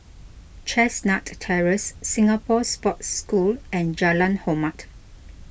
Chestnut Terrace Singapore Sports School and Jalan Hormat